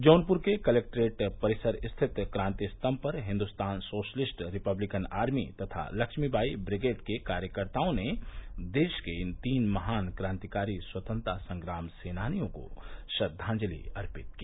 जौनपुर के कलेक्ट्रेट परिसर स्थित क्रांति स्तम्भ पर हिन्दुस्तान सोशलिस्ट रिपब्लिकन आर्मी तथा लक्ष्मीबाई ब्रिगेड के कार्यकर्ताओं ने देश के इन तीन महान क्रांतिकारी स्वतंत्रता संग्राम सेनानियों को श्रद्वांजलि अर्पित की